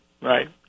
Right